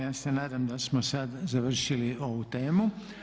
Ja se nadam da smo sad završili ovu temu.